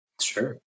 Sure